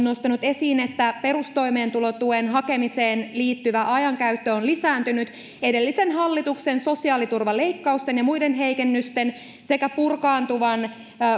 nostanut esiin että perustoimeentulotuen hakemiseen liittyvä ajankäyttö on lisääntynyt edellisen hallituksen sosiaaliturvaleikkausten ja muiden heikennysten sekä purkaantuvan